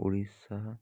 Orissa